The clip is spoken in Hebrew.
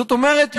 זאת אומרת,